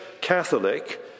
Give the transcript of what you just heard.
Catholic